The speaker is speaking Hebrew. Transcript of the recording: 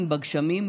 בגשמים,